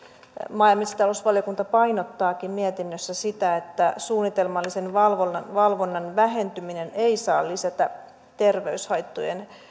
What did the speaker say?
maa ja metsätalousvaliokunta painottaakin mietinnössä sitä että suunnitelmallisen valvonnan valvonnan vähentyminen ei saa lisätä terveyshaittojen